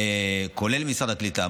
כולל משרד הקליטה,